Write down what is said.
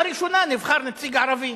לראשונה נבחר נציג ערבי,